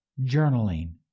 journaling